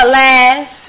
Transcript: laugh